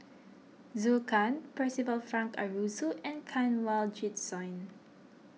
Zhou Can Percival Frank Aroozoo and Kanwaljit Soin